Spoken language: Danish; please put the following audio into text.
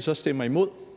så stemmer imod,